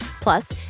Plus